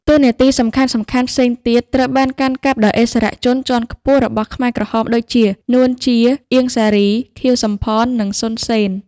តួនាទីសំខាន់ៗផ្សេងទៀតត្រូវបានកាន់កាប់ដោយឥស្សរជនជាន់ខ្ពស់របស់ខ្មែរក្រហមដូចជា នួន ជា អៀង សារី ខៀវ សំផន និងសុន សេន។